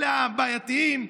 אלה הבעייתיים.